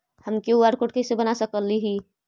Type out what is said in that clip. हम QR code कैसे बना सकली ही?